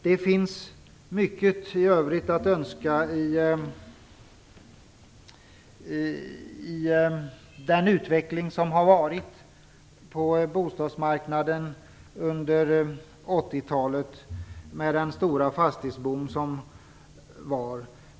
Det finns mycket övrigt att önska i den utveckling som varit på bostadsmarknaden under 1980-talet med den stora fastighetsboomen.